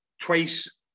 twice